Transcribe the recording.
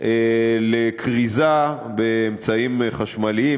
לכריזה באמצעים חשמליים,